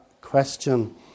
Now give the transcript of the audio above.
question